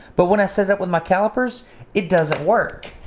but when i set up with my calipers it doesn't work,